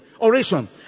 oration